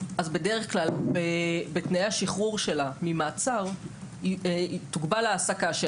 בדרך כלל בתנאי השחרור שלה ממצער תוגבל העסקתה.